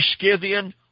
Scythian